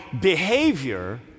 behavior